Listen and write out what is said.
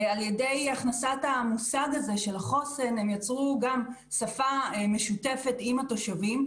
על ידי הכנסת המושג הזה הם יצרו גם שפה משותפת עם התושבים.